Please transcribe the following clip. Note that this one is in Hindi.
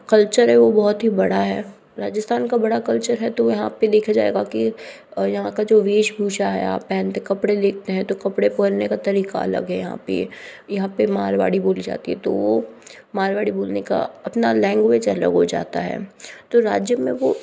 कल्चर है वो बहुत ही बड़ा है राजस्थान का बड़ा कल्चर है तो यहाँ पे देखा जाएगा कि यहाँ का जो वेश भूषा है यहाँ पहनते कपड़े देखते हैं तो कपड़े पहनने का तरीका अलग है यहाँ पे यहाँ पे मारवाड़ी बोली जाती है तो मारवाड़ी बोलने का अपना लैंग्वेज अलग हो जाता है तो राज्य में वो